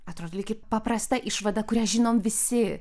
atrodo lyg ir paprasta išvada kurią žinom visi